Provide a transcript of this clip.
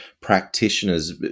practitioners